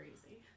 crazy